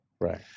Right